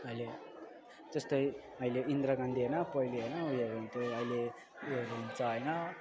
अहिले जस्तै अहिले इन्दिरा गान्धी होइन पहिले होइन उयोहरू हुन्थ्यो अहिले उयोहरू हुन्छ होइन